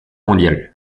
mondiale